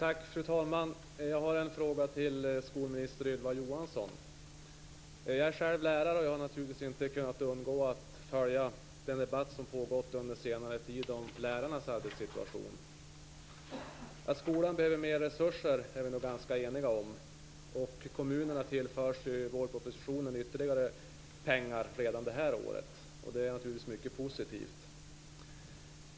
Fru talman! Jag har en fråga till skolminister Ylva Johansson. Jag är själv lärare och har naturligtvis inte kunnat undgå att följa den debatt som pågått under senare tid om lärarnas arbetssituation. Att skolan behöver mer resurser är vi nog eniga om. Kommunerna tillförs ju i vårpropositionen ytterligare pengar redan det här året. Det är naturligtvis mycket positivt.